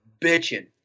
bitching